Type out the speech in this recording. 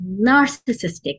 narcissistic